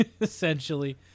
essentially